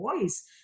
voice